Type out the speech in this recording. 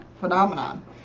phenomenon